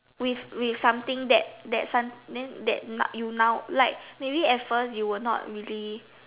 with with something that that sun then that now you now like maybe at first you were not really